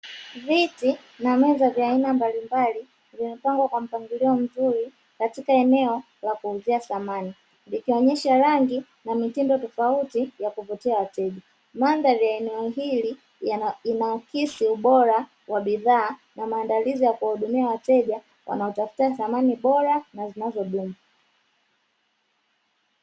Viti na meza vya aina mbalimbali vimepangwa kwa mpangilio mzuri katika eneo la kuuzia samani. Zikionyesha rangi na mitindo tofauti ya kuvutia wateja. Mandhari ya eneo hili inaakisi ubora wa bidhaa na maandalizi ya kuwadumia wateja wanaotafuta samani bora na zinazodumu.